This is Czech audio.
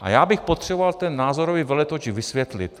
A já bych potřeboval ten názorový veletoč vysvětlit.